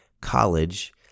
college